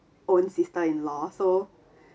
own sister in-law so